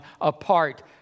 apart